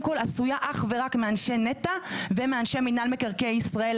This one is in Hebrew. כל מורכבת אך ורק מאנשי נת"ע ומאנשי מינהל מקרקעי ישראל,